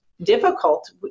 difficult